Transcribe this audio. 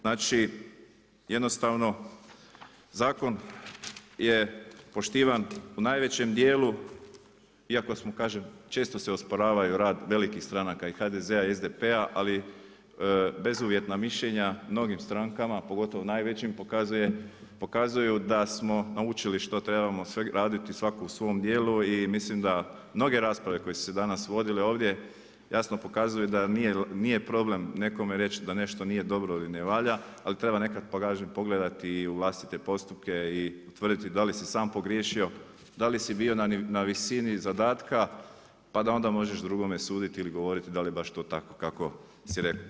Znači jednostavno zakon je poštivan u najvećem dijelu iako smo često se osporavaju rad velikih stranaka i HDZ-a i SDP-a, ali bezuvjetna mišljenja mnogim strankama pogotovo najvećim pokazuju da smo naučili što trebamo sve raditi svako u svom dijelu i mislim da mnoge rasprave koje su se danas vodile ovdje jasno pokazuju da nije problem nekome reći da nešto nije dobro ili ne valja, ali treba nekad pogledati i u vlastite postupke i utvrditi da li si sam pogriješio, da li si bio na visini zadatka pa da onda možeš drugome suditi ili govoriti da li je to baš tako kako si rekao.